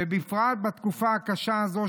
ובפרט בתקופה הקשה הזאת,